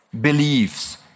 beliefs